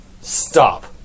stop